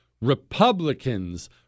Republicans